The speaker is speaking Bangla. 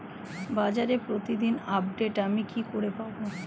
বাজারের প্রতিদিন আপডেট আমি কি করে পাবো?